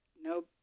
no